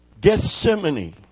Gethsemane